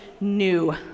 new